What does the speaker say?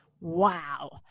wow